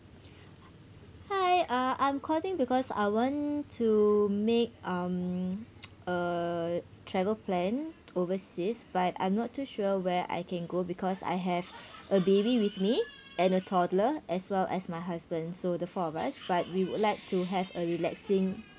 hi uh I'm calling because I want to make um a travel plan overseas but I'm not too sure where I can go because I have a baby with me and a toddler as well as my husband so the four of us but we would like to have a relaxing